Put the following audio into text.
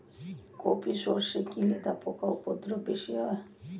কোপ ই সরষে কি লেদা পোকার উপদ্রব বেশি হয়?